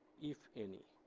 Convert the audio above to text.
if any.